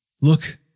Look